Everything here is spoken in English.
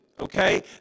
Okay